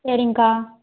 சரிங்க்கா